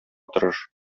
тырыш